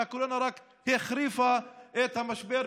והקורונה רק החריפה את המצב,